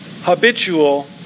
habitual